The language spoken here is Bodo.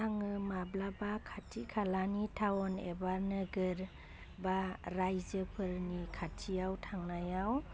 आङो माब्लाबा खाथि खालानि टाउन एबा नोगोर बा रायजोफोरनि खाथियाव थांनायाव